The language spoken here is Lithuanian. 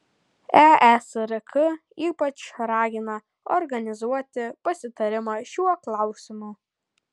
eesrk ypač ragina organizuoti pasitarimą šiuo klausimu